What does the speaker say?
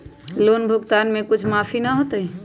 Loan भुगतान में कुछ माफी न होतई?